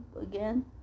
again